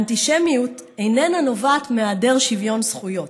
האנטישמיות איננה נובעת מהיעדר שוויון זכויות.